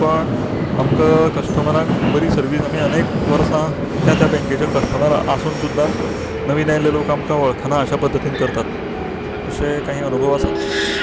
पण आमकां कस्टमराक बरी सर्विस आमी अनेक वर्सां त्या त्या बँकेचे कस्टमर आसून सुद्दां नवे नवे लोक आमकां वळखना अश्या पद्दतीन करतात अशें काही अनुभव आसात